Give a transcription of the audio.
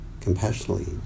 compassionately